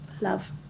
Love